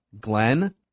Glenn